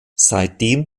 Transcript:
seitdem